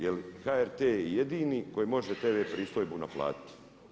Jer HRT je jedini koji može TV pristojbu naplatiti.